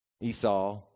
Esau